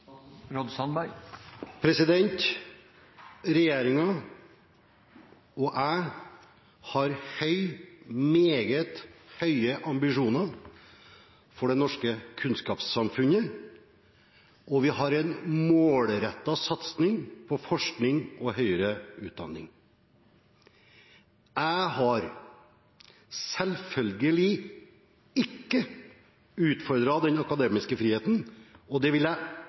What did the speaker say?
og jeg har meget høye ambisjoner for det norske kunnskapssamfunnet, og vi har en målrettet satsing på forskning og høyere utdanning. Jeg har selvfølgelig ikke utfordret den akademiske friheten, og det vil jeg